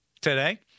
today